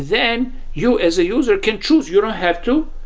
then you as a user can choose. you don't have to.